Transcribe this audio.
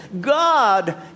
God